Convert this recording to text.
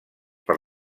per